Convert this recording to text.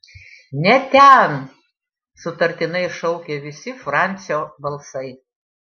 ne ten sutartinai šaukė visi francio balsai